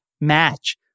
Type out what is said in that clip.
match